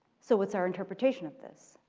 so what's our interpretation of this?